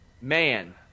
man